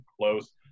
close